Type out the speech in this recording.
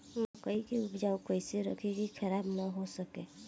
मकई के उपज कइसे रखी की खराब न हो सके?